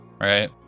right